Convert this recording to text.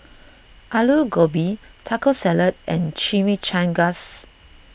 Alu Gobi Taco Salad and Chimichangas